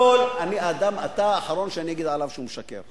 קודם כול, אתה האחרון שאני אגיד עליו שהוא משקר.